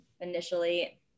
initially